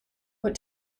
what